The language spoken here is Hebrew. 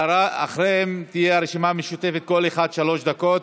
אחריהם תהיה הרשימה המשותפת, כל אחד שלוש דקות.